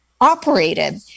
operated